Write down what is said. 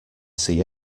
see